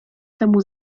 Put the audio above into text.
temu